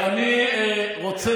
אני רוצה